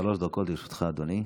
שלוש דקות לרשותך, אדוני.